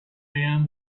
man